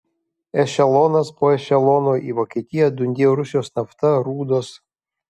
ešelonas po ešelono į vokietiją dundėjo rusijos nafta rūdos